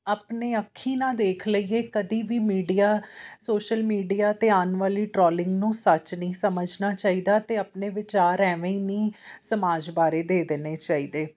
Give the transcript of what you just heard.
ਆਪਣੇ ਅੱਖੀਂ ਨਾ ਦੇਖ ਲਈਏ ਕਦੇ ਵੀ ਮੀਡੀਆ ਸੋਸ਼ਲ ਮੀਡੀਆ 'ਤੇ ਆਉਣ ਵਾਲੀ ਟਰੋਲਿੰਗ ਨੂੰ ਸੱਚ ਨਹੀਂ ਸਮਝਣਾ ਚਾਹੀਦਾ ਅਤੇ ਆਪਣੇ ਵਿਚਾਰ ਐਵੇਂ ਹੀ ਨਹੀਂ ਸਮਾਜ ਬਾਰੇ ਦੇ ਦੇਣੇ ਚਾਹੀਦੇ